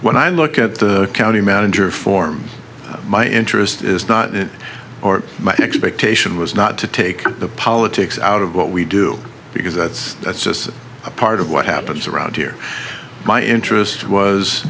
when i look at the county manager form my interest is not that or my expectation was not to take the politics out of what we do because that's that's just part of what happens around here my interest was